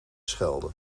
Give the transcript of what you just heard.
schelden